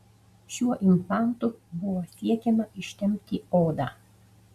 šiuo implantu buvo siekiama ištempti odą